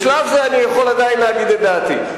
בשלב זה אני יכול עדיין להגיד את דעתי.